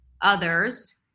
others